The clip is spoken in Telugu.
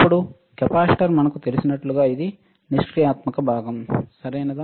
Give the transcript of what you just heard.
ఇప్పుడు కెపాసిటర్ మనకు తెలిసినట్లుగా ఇది నిష్క్రియాత్మక భాగం సరియైనదా